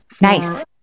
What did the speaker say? Nice